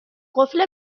قفل